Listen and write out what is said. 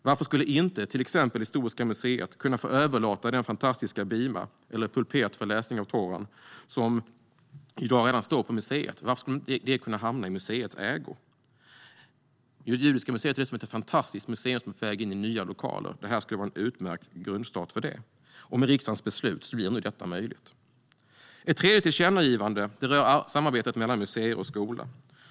Varför skulle till exempel inte Historiska museet kunna få överlåta i Judiska Museets ägo den fantastiska bima eller pulpet för läsning av Toran som redan i dag står på det senare museet? Judiska Museet är ett fantastiskt museum, som är på väg in i nya lokaler. Det här skulle vara en utmärkt grundstart för det. Med riksdagens beslut blir det möjligt. Ett tredje tillkännagivande rör samarbete mellan museer och skola.